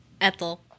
Ethel